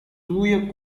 தூய